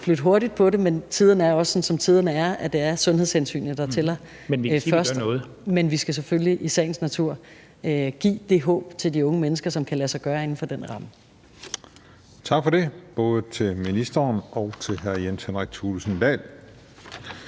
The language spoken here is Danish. flytte hurtigt på det, men tiderne er også, som tiderne er, og det er sundhedshensynet, som tæller, men vi skal selvfølgelig i sagens natur give det håb til de unge mennesker om en fejring, som kan lade sig gøre inden for den ramme. Kl. 17:20 Den fg. formand (Christian Juhl): Tak for det, både til ministeren og til hr. Jens Henrik Thulesen Dahl.